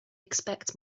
expect